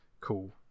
Cool